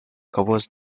covers